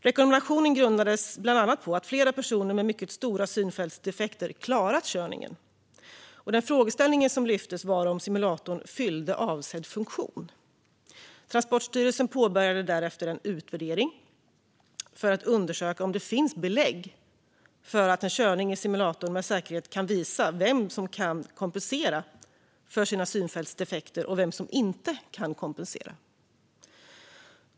Rekommendationen grundades bland annat på att flera personer med mycket stora synfältsdefekter klarat körningen. Den fråga som lyftes upp var om simulatorn fyllde avsedd funktion. Transportstyrelsen påbörjade därefter en utvärdering för att undersöka om det finns belägg för att en körning i simulator med säkerhet kan visa vem som kan kompensera för sina synfältsdefekter och vem som inte kan kompensera.